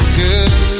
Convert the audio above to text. good